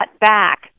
back